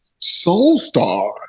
Soulstar